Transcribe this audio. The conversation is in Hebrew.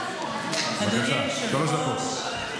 שלוש דקות.